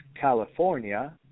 California